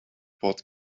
bought